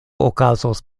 okazos